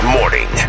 Morning